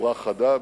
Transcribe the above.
בצורה חדה,